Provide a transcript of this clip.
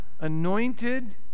anointed